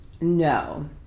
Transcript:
No